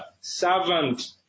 servant